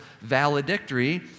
valedictory